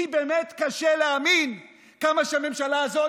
כי באמת קשה להאמין כמה שלממשלה הזאת